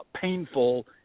painful